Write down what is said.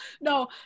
No